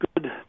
good